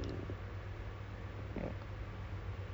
oh so right now she's also finding for job lah